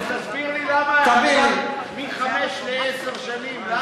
אז תסביר לי למה, מחמש שנים לעשר שנים, למה?